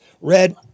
Red